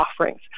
offerings